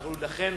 לכן,